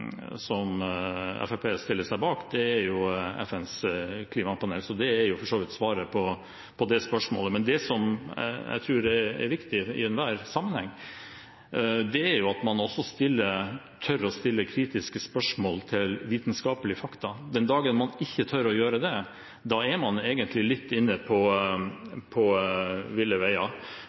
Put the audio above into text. som Fremskrittspartiet stiller seg bak, er FNs klimapanel, så det er for så vidt svaret på det spørsmålet. Men det jeg tror er viktig i enhver sammenheng, er at man også tør å stille kritiske spørsmål til vitenskapelige fakta. Den dagen man ikke tør å gjøre det, er man egentlig litt på ville veier.